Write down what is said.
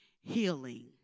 healing